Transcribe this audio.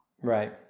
Right